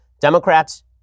Democrats